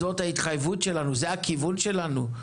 זאת ההתחייבות שלנו, זה הכיוון שלנו.